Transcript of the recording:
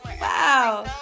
Wow